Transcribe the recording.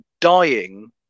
dying